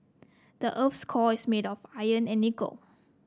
the earth's core is made of iron and nickel